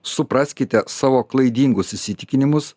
supraskite savo klaidingus įsitikinimus